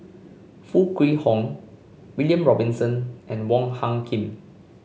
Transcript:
Foo Kwee Horng William Robinson and Wong Hung Khim